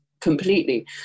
completely